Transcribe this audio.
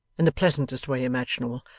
in the pleasantest way imaginable,